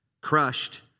crushed